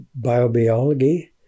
biobiology